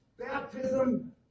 Baptism